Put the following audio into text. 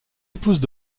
épouses